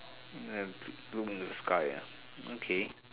look in the sky ah okay